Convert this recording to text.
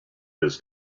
his